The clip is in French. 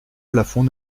plafond